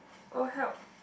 oh help